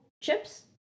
chips